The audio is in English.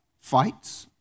fights